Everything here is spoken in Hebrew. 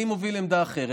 אני מוביל עמדה אחרת,